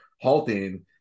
halting